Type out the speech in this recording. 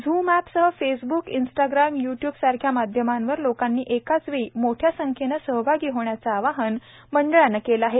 zoom app सह Facebook Instagram YouTube सारख्या मध्यमांवर लोकानी केच वेळी मोठ्या संख्येने सहभागी होण्याचे आवाहन मंडळाने केले आहे